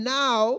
now